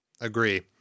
agree